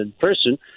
person